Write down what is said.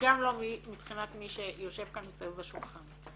וגם לא מבחינת מי שיושב כאן מסביב לשולחן.